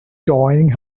joining